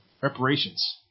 reparations